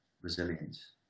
resilience